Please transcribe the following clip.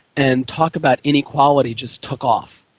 and talk about inequality just took off.